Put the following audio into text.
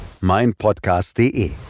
meinpodcast.de